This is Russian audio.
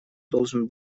должен